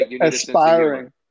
aspiring